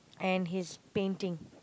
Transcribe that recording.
and he's painting